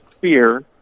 fear